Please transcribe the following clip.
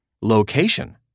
Location